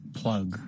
plug